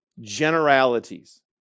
generalities